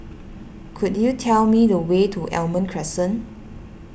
could you tell me the way to Almond Crescent